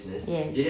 yes